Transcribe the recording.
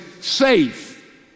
safe